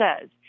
says